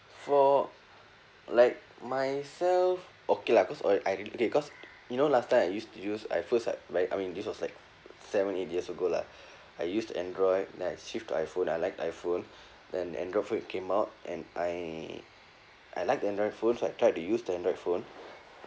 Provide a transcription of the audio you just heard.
for like myself okay lah cause uh I r~ okay cause you know last time I used to use at first like right I mean this was like seven eight years ago lah I used android then I shift to iphone I like iphone then android phone came out and I I like android phones so I tried to use the android phone